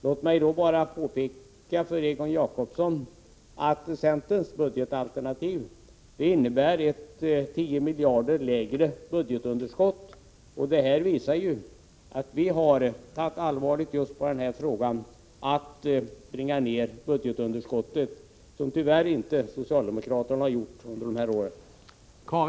Låt mig då bara påpeka för Egon Jacobsson att centerns budgetalternativ innebär ett budgetunderskott som är 10 miljarder lägre än regeringens. Detta visar att vi har tagit allvarligt på frågan att bringa ned budgetunderskottet, vilket tyvärr inte socialdemokraterna har gjort under senare år.